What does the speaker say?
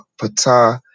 Pata